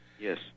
Yes